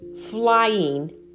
flying